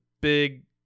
big